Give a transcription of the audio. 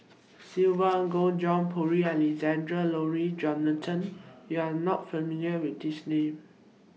Sylvia Kho John Purvis Alexander Laurie Johnston YOU Are not familiar with These Names